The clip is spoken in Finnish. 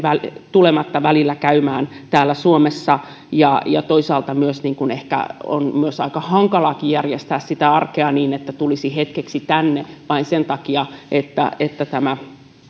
tulematta välillä käymään täällä suomessa ja ja toisaalta myös ehkä on aika hankalakin järjestää arkea niin että tulisi hetkeksi tänne vain sen takia että että